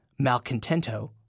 Malcontento